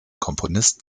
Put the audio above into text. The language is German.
komponist